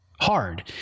hard